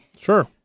Sure